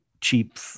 cheap